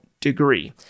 degree